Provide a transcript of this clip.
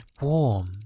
warm